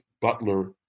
Butler